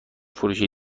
فروشی